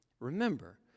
Remember